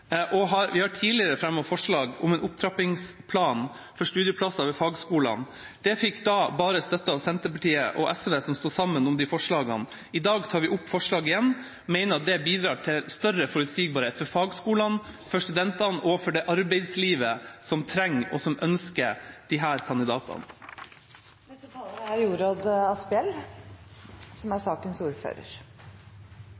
av fagskolesektoren. Vi har tidligere fremmet forslag om en opptrappingsplan for studieplasser ved fagskolene. Det fikk da bare støtte av Senterpartiet og SV, som sto sammen med oss om de forslagene. I dag tar vi opp forslaget igjen og mener at det bidrar til større forutsigbarhet for fagskolene, for studentene og for det arbeidslivet som trenger og ønsker disse kandidatene. Jeg er selv fagarbeider. Jeg tok svennebrev i grafiske fag, men det er